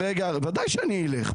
בוודאי שאני אלך,